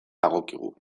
dagokigu